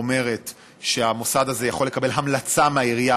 אומרת שהמוסד הזה יכול לקבל המלצה מהעירייה,